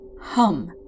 hum